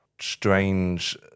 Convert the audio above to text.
strange